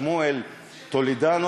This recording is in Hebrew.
שמואל טולידאנו,